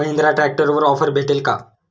महिंद्रा ट्रॅक्टरवर ऑफर भेटेल का?